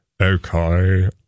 Okay